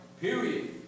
period